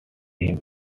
him